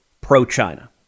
pro-China